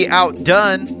outdone